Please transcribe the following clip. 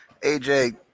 AJ